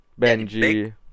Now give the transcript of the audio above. Benji